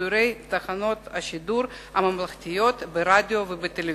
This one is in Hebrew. לשידורי תחנות השידור הממלכתיות ברדיו ובטלוויזיה.